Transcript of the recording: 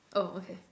oh okay